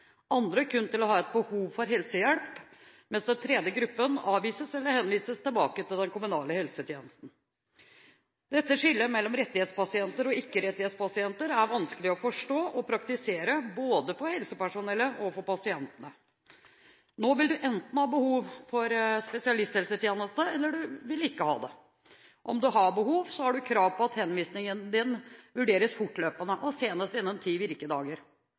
andre kun til å ha behov for helsehjelp, mens en tredje gruppe avvises eller henvises tilbake til den kommunale helsetjenesten. Dette skillet mellom rettighetspasienter og ikke-rettighetspasienter er vanskelig å forstå og praktisere for både helsepersonellet og pasientene. Nå vil du enten ha behov for spesialisthelsetjeneste, eller du vil ikke ha det. Om du har behov, har du krav på at henvisningen din vurderes fortløpende og senest innen ti virkedager.